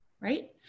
right